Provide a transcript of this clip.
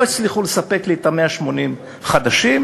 לא הצליחו לספק לי את שמות ה-180 החדשים,